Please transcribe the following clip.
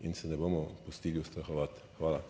in se ne bomo pustili ustrahovati. Hvala.